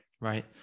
Right